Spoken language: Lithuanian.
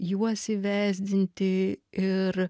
juos įvesdinti ir